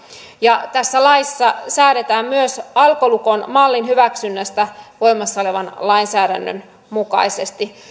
tässä laissa säädetään myös alkolukon mallin hyväksynnästä voimassa olevan lainsäädännön mukaisesti